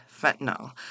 fentanyl